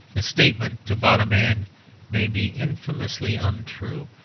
a statement about a man may be infamously untrue,